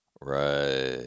Right